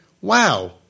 wow